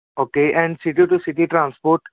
okay and city ਤੋਂ city transport